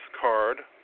card